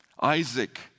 Isaac